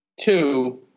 Two